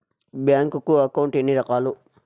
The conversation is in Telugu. బ్యాంకు అకౌంట్ ఎన్ని రకాలు